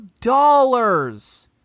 dollars